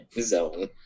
zone